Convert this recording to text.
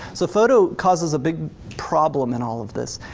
so photo causes a big problem in all of this.